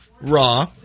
Raw